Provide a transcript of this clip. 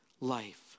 life